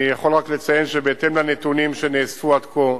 אני יכול רק לציין שבהתאם לנתונים שנאספו עד כה,